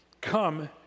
Come